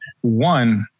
One